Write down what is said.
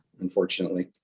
unfortunately